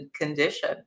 condition